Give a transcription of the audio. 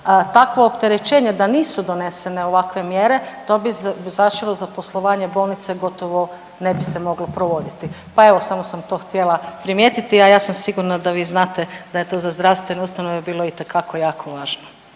takvo opterećenje da nisu donesene ovakve mjere to bi značilo za poslovanje bolnice gotovo ne bi se moglo provoditi. Pa evo samo sam to htjela primijetiti, a ja sam sigurna da vi znate da je to za zdravstvene ustanove bilo itekako jako važno.